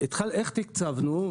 איך תקצבנו?